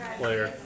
player